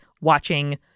watching